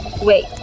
Wait